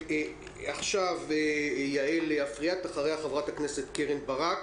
עכשיו יעל אפריאט ואחריה חברת הכנסת קרן ברק.